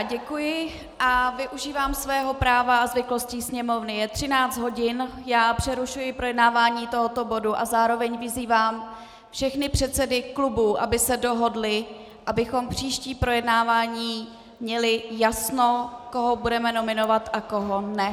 Děkuji a využívám svého práva a zvyklostí Sněmovny, je 13 hodin, přerušuji projednávání tohoto bodu a zároveň vyzývám všechny předsedy klubů, aby se dohodli, abychom příští projednávání měli jasno, koho budeme nominovat a koho ne.